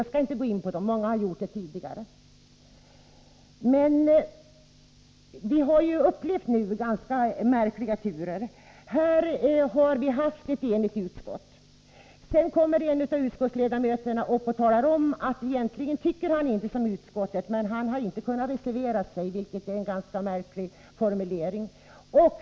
Jag skall inte gå in på dem; många har gjort det tidigare. Vi har nu upplevt ganska märkliga turer. Utskottet har varit enigt. Sedan går en av utskottets ledamöter upp här i talarstolen och talar om att han egentligen inte tycker som utskottet men att han inte kunnat reservera sig, vilket är en ganska märklig formulering.